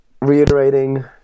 reiterating